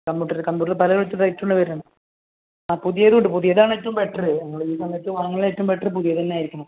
computer computer പല റേറ്റുള്ളതാണ് വരുന്നത് ആ പുതിയതും ഉണ്ട് പുതിയതാണ് ഏറ്റവും ബെറ്റർ ഞങ്ങൾ ഈ സമയത്ത് വങ്ങുന്നതിന് ഏറ്റവും ബെറ്റർ പുതിയത് തന്നെ ആയിരിക്കണം